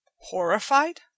Horrified